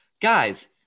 Guys